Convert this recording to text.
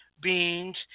beans